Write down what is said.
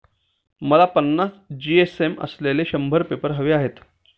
मला पन्नास जी.एस.एम असलेले शंभर पेपर हवे आहेत